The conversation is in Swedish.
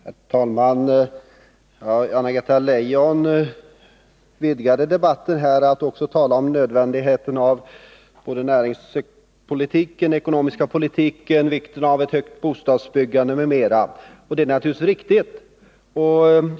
Herr talman! Anna-Greta Leijon utvidgade debatten här genom att också tala om nödvändigheten av både näringspolitiken och den ekonomiska politiken, om vikten av ett högt bostadsbyggande m.m. Det är naturligtvis ett riktigt påpekande.